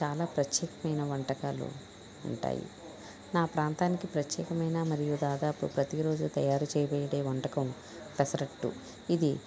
చాలా ప్రత్యేకమైన వంటకాలు ఉంటాయి నా ప్రాంతానికి ప్రత్యేకమైన మరియు దాదాపు ప్రతిరోజు తయారుచేయబడే వంటకం పెసరట్టు ఇది